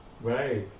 Right